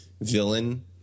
villain –